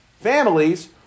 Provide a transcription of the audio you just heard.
families